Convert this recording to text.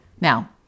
Now